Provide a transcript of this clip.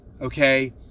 Okay